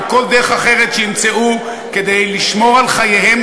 או כל דרך אחרת שימצאו כדי לשמור על חייהם,